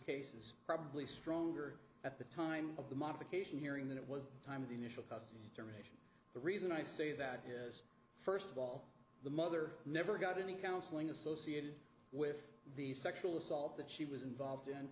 cases probably stronger at the time of the modification hearing than it was time of the initial cost the reason i say that is first of all the mother never got any counseling associated with the sexual assault that she was involved in